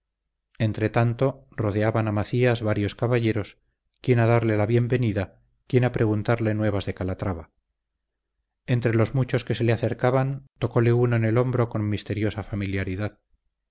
escudero entretanto rodeaban a macías varios caballeros quién a darle la bienvenida quién a preguntarle nuevas de calatrava entre los muchos que se le acercaban tocóle uno en el hombro con misteriosa familiaridad